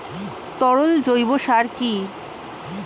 তরল জৈব সার কি?